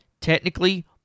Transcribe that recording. technically